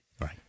Right